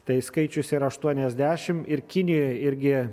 tai skaičius ir aštuoniasdešimt ir kinijoj irgi